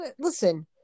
listen